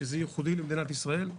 שזה ייחודי למדינת ישראל.